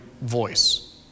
voice